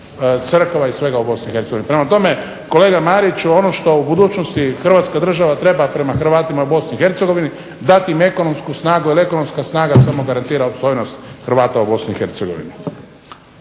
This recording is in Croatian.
crkava i svega u Bosni i Hercegovini. Prema tome, kolega Mariću ono što u budućnosti hrvatska država treba prema Hrvatima u Bosni i Hercegovini, dati im ekonomsku snagu, jer ekonomska snaga samo garantira opstojnost Hrvata u Bosni